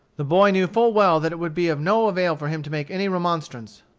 the boy knew full well that it would be of no avail for him to make any remonstrance.